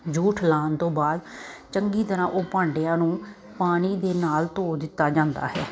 ਜੂਠ ਲਾਹੁਣ ਤੋਂ ਬਾਅਦ ਚੰਗੀ ਤਰ੍ਹਾਂ ਉਹ ਭਾਂਡਿਆਂ ਨੂੰ ਪਾਣੀ ਦੇ ਨਾਲ ਧੋ ਦਿੱਤਾ ਜਾਂਦਾ ਹੈ